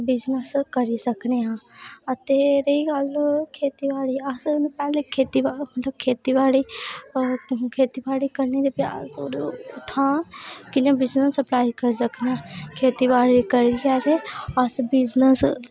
business करी सकने हां हा ते रेही गल्ल खेतीबाड़ी दी अस पहले खेतीबाड़ी करने दी बजाए अस उत्थां कि'यां बिजनस करी सकने आं खेतीबाड़ी करियै अस बिजनस